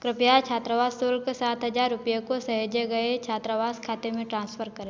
कृपया छात्रवास शुल्क सात हज़ार रुपये को सहेजे गए छात्रावास खाते में ट्रांसफर करें